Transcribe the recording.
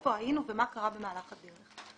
ואיפה היינו ומה קרה במהלך הדרך.